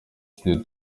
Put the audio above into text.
tundi